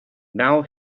now